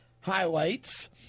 highlights